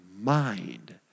mind